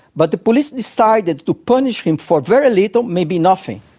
but the police decided to punish him for very little, maybe nothing.